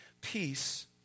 peace